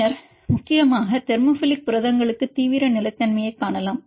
பின்னர் முக்கியமாக தெர்மோபிலிக் புரதங்களுக்கு தீவிர நிலைத்தன்மையைக் காணலாம்